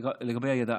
לגבי הידע,